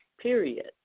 period